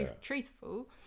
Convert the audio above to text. truthful